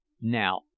Now